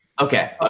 Okay